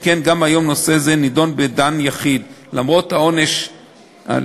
שכן גם היום נושא זה נדון בדן יחיד למרות העונש עליה.